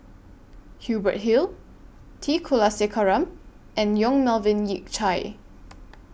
Hubert Hill T Kulasekaram and Yong Melvin Yik Chye